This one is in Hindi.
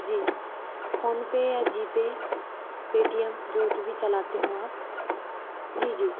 जी फोनपे या जीपे पेटीएम जो कुछ भी चलाते हो आप जी जी